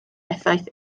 effaith